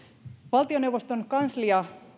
valtioneuvoston kanslia